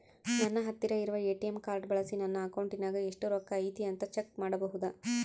ನನ್ನ ಹತ್ತಿರ ಇರುವ ಎ.ಟಿ.ಎಂ ಕಾರ್ಡ್ ಬಳಿಸಿ ನನ್ನ ಅಕೌಂಟಿನಾಗ ಎಷ್ಟು ರೊಕ್ಕ ಐತಿ ಅಂತಾ ಚೆಕ್ ಮಾಡಬಹುದಾ?